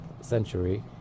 century